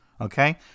okay